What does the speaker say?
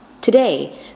Today